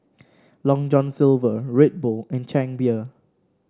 Long John Silver Red Bull and Chang Beer